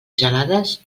gelades